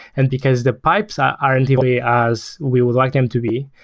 and because the pipes ah aren't the way as we would like them to be,